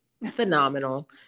phenomenal